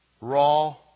raw